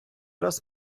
раз